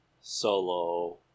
solo